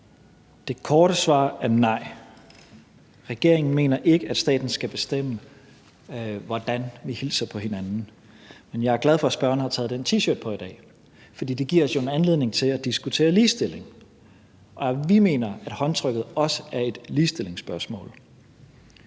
Det korte svar er nej. Regeringen mener ikke, at staten skal bestemme, hvordan vi hilser på hinanden. Men jeg er glad for, at spørgeren har taget en T-shirt på i dag, som giver os en anledning til at diskutere ligestilling. Og vi mener, at håndtrykket også er et ligestillingsspørgsmål.